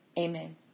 Amen